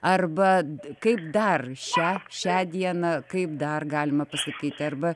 arba kaip dar šią šią dieną kaip dar galima pasakyti arba